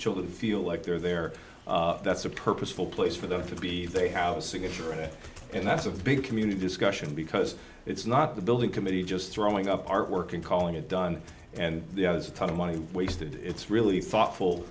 children feel like they're there that's a purposeful place for them to be they have a signature on it and that's a big community discussion because it's not the building committee just throwing up artwork and calling it done and the other is a ton of money wasted it's really thoughtful